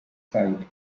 site